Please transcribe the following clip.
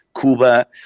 Cuba